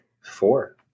four